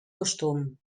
costum